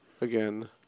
again